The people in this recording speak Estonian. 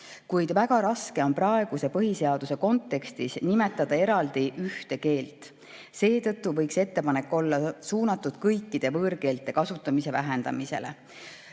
kuid väga raske on praeguse põhiseaduse kontekstis nimetada eraldi ühte keelt. Seetõttu võiks ettepanek olla suunatud kõikide võõrkeelte kasutamise vähendamisele.